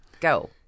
Go